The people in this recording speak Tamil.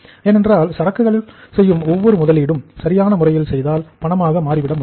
ஏனென்றால் சரக்குகளின் செய்யும் எந்தவொரு முதலீடும் சரியான முறையில் செய்தால் பணமாக மாற்றிவிட முடியும்